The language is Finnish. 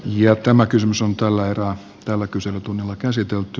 ja tämä kysymys on tällä erää tälle tehdä työtä